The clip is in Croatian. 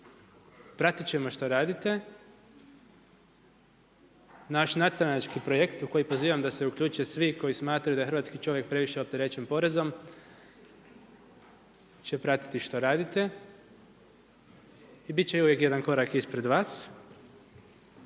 Pratit ćemo šta radite. Naš nadstranački projekt u koji pozivam da se uključe svi koji smatraju da je hrvatski čovjek previše opterećen porezom će pratiti što radite i bit će uvijek jedan korak ispred vas.